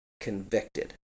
convicted